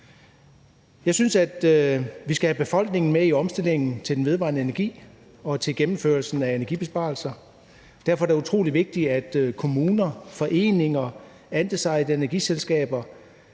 Jeg synes, at vi skal have befolkningen med i omstillingen til den vedvarende energi og til gennemførelsen af energibesparelser. Derfor er kommuner, foreninger, andelsejede energiselskaber